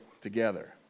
together